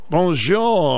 Bonjour